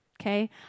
okay